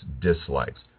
dislikes